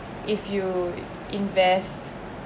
if you invest